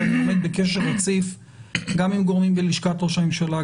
ואני עומד בקשר רציף גם עם גורמים בלשכת ראש הממשלה,